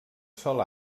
sol